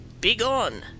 begone